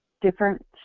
Different